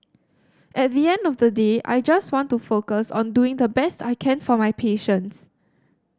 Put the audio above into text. at the end of the day I just want to focus on doing the best I can for my patients